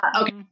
Okay